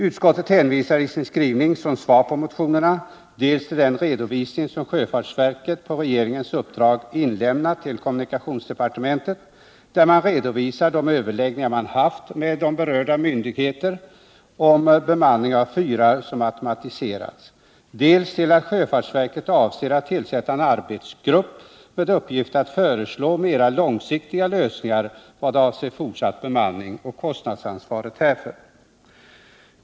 Utskottet hänvisar i sin skrivning som svar på motionerna dels till den redovisning som sjöfartsverket på regeringens uppdrag har inlämnat till kommunikationsdepartementet i vilken redogörs för de överläggningar man haft med berörda myndigheter om bemanning av fyrar som har automatiserats, dels till att sjöfartsverket avser att tillsätta en arbetsgrupp med uppgift att föreslå mera långsiktiga lösningar vad avser fortsatt bemanning och kostnadsansvaret härför.